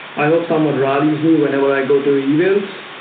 i hope someone rallies me whenever i go to events.